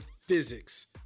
physics